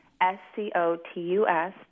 S-C-O-T-U-S